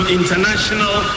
international